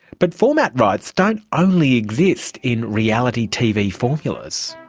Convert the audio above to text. but format rights don't only exist in reality tv formulas.